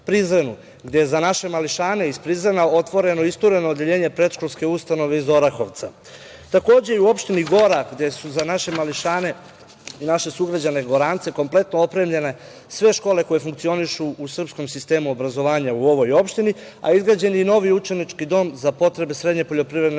gde je za naše mališane iz Prizrena otvoreno istureno odeljenje predškolske ustanove iz Orahovca. Takođe, i u opštini Gora, gde su za naše mališane i naše sugrađane Gorance kompletno opremljene sve škole koje funkcionišu u srpskom sistemu obrazovanja u ovoj opštini, izgrađen je i novi učenički dom za potrebe srednje poljoprivredne